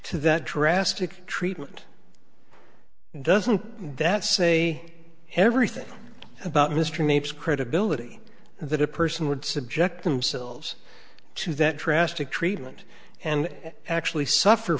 to that drastic treatment doesn't that say everything about mr mapes credibility that a person would subject themselves to that traffic treatment and actually suffer